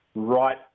right